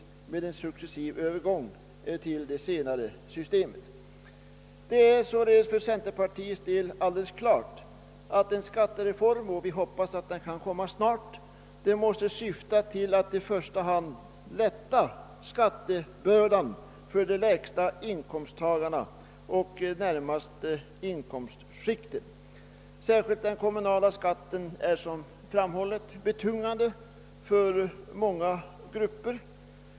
Det skulle således bli en successiv övergång till det senare systemet. Det är således för centerpartiets del alldeles klart att en skattereform — som vi hoppas kan genomföras snart — måste syfta till att i första hand lätta skattebördan för människor i de lägsta inkomstklasserna. Särskilt den kommunala skatten är — såsom framhållits — betungande för många grupper.